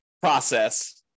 process